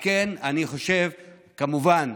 כמובן,